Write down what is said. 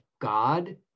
God